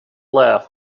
laugh